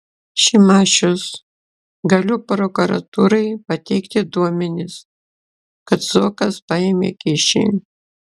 šimašius galiu prokuratūrai pateikti duomenis kad zuokas paėmė kyšį